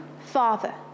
father